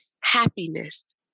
happiness